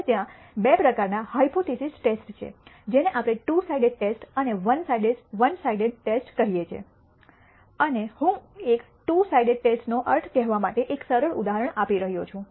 હવે ત્યાં બે પ્રકારના હાયપોથીસિસ ટેસ્ટ છે જેને આપણે ટૂ સાઇડેડ ટેસ્ટ અને વન સાઇડેડ ટેસ્ટ કહીએ છીએ અને હું એક ટૂ સાઇડેડ ટેસ્ટનો અર્થ કહેવા માટે એક સરળ ઉદાહરણ આપી રહ્યો છું